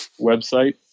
website